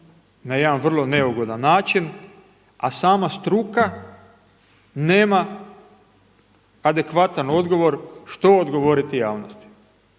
na jedan vrlo neugodan način, a sama struka nema adekvatan odgovor što odgovoriti javnosti.